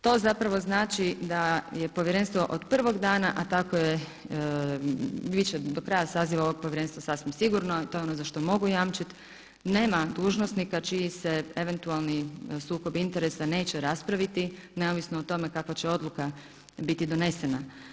To zapravo znači da je povjerenstvo od prvog dana, a tako će biti do kraja saziva ovog povjerenstva sasvim sigurno, to je ono za što mogu jamčiti, nema dužnosnika čiji se eventualni sukob interesa neće raspraviti, neovisno o tome kakva će odluka biti donesena.